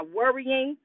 worrying